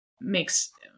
makes